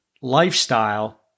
lifestyle